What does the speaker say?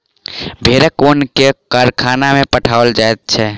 भेड़क ऊन के कारखाना में पठाओल जाइत छै